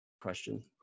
Question